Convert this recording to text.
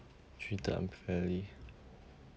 treated unfairly